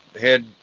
head